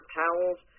towels